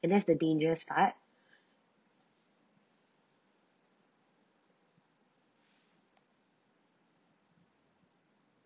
and that's the dangerous part